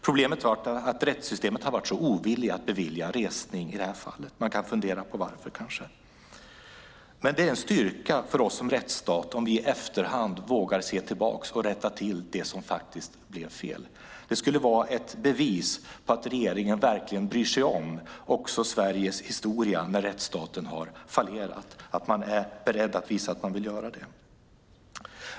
Problemet har varit att rättssystemet har varit ovilligt att bevilja resning i det här fallet. Man kan kanske fundera på varför. Det är en styrka för oss som rättsstat om vi vågar se tillbaka och rätta till det som blev fel. Det skulle vara ett bevis på att regeringen bryr sig om också Sveriges historia när rättsstaten har fallerat om man är beredd att visa att man vill göra det.